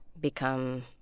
become